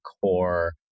core